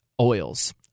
oils